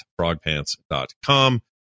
frogpants.com